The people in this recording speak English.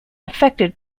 affected